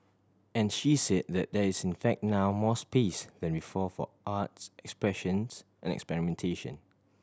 and she said there there is in fact now more space than for arts expressions and experimentation